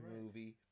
movie